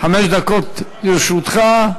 חמש דקות לרשותך.